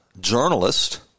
journalist